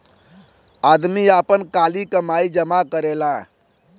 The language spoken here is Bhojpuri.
आदमी आपन काली कमाई जमा करेला